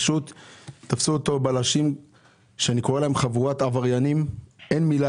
תפסו אותו בלשים שאני קורא להם חבורת עבריינים ואין מילה